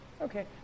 Okay